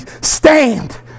stand